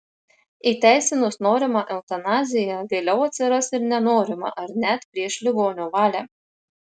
įteisinus norimą eutanaziją vėliau atsiras ir nenorima ar net prieš ligonio valią